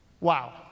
Wow